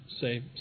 say